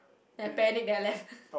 then I panic then I left